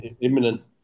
imminent